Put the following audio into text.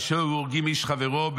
אשר היו הורגים איש את חברו.